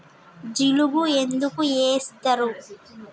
జిలుగు ఎందుకు ఏస్తరు?